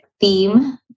theme